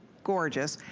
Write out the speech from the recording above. gorgeous.